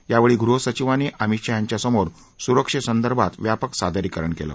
यावेळी गृहसचिवांनी अमित शाह यांच्यासमोर सुरक्षेसंदर्भात व्यापक सादरीकरण केलं